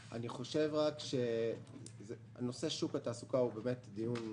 נושא שוק התעסוקה הוא באמת דיון מעניין,